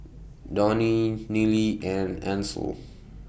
Donie Nealy and Ancel